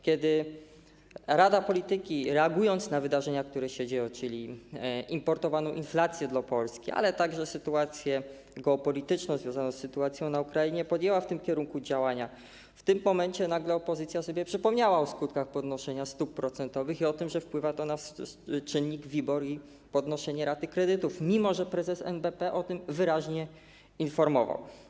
Kiedy Rada Polityki Pieniężnej, reagując na wydarzenia, które się dzieją, czyli inflację importowaną do Polski, ale także sytuację geopolityczną związaną z sytuacją na Ukrainie, podjęła w tym kierunku działania, w tym momencie nagle opozycja sobie przypomniała o skutkach podnoszenia stóp procentowych i o tym, że wpływa to na czynnik WIBOR i podnoszenie raty kredytów, mimo że prezes NBP o tym wyraźnie informował.